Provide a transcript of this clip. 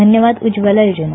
धन्यवाद उज्वला योजना